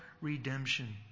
redemption